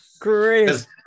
Great